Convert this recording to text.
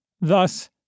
Thus